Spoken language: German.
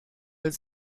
will